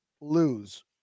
lose